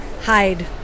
Hide